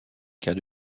cas